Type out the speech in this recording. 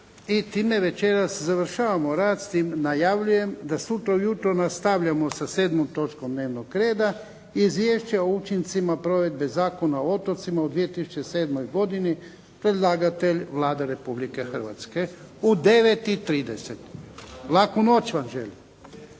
I time večeras završavamo rad i najavljujem da sutra ujutro nastavljamo sa 7. točkom dnevnog reda, Izvješće o učincima provedbe Zakona o otocima u 2007. godini. Predlagatelj: Vlada Republike Hrvatske. U 9 i 30. Laku noć vam želim.